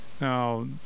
Now